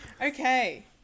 Okay